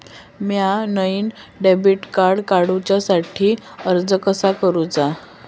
म्या नईन debit card काडुच्या साठी अर्ज कसा करूचा?